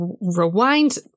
rewind